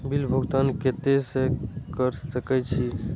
Bill भुगतान केते से कर सके छी?